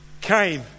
came